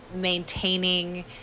maintaining